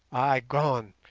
ay, gone,